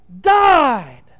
died